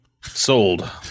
sold